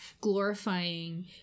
glorifying